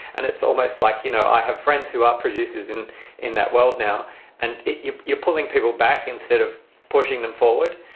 and it's almost like, you know, i have friends who are producers and in that world now and you're pulling people back instead of pushing them forward.